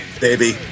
Baby